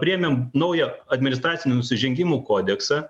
priėmėm naują administracinių nusižengimų kodeksą